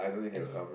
honey